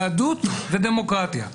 יהדות ודמוקרטיה.